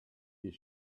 his